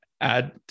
add